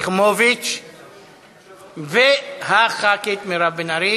נגד, 2, נמנע אחד.